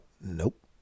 Nope